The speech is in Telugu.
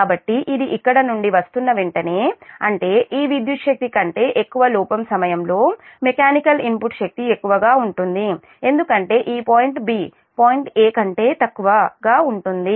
కాబట్టి ఇది ఇక్కడ నుండి వస్తున్న వెంటనే అంటే ఈ విద్యుత్ శక్తి కంటే ఎక్కువ లోపం సమయంలో మెకానికల్ ఇన్పుట్ శక్తి ఎక్కువగా ఉంటుంది ఎందుకంటే ఈ పాయింట్ 'b' పాయింట్ 'a' కంటే తక్కువగా ఉంటుంది